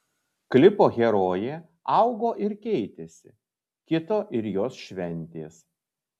klipo herojė augo ir keitėsi kito ir jos šventės